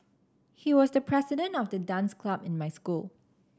he was the president of the dance club in my school